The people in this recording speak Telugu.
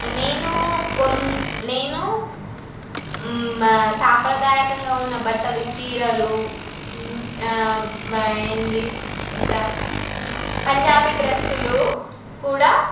నేను నేను సాంప్రదాయకంగా ఉన్న బట్టలు చీరలు ఏమిటి ఇంకా పంజాబీ డ్రెస్సులు కూడా